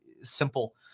simple